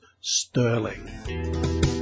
sterling